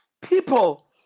people